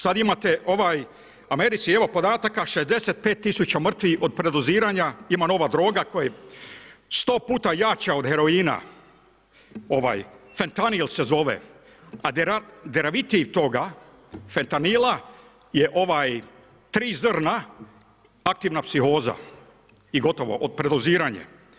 Sad imate u Americi evo podataka 65000 mrtvih od predoziranja, ima nova droga koja je 100 puta jača od heroina, fentanil se zove, a derivat toga fentanila je tri zrna aktivna psihoza i gotovo, predoziranje.